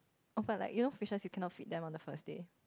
oh but like you know fishes you can not feed them on the first day